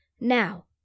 Now